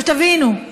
תבינו,